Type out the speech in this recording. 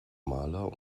maler